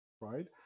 right